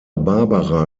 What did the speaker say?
barbara